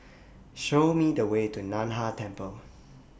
Show Me The Way to NAN Hai Temple